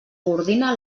coordina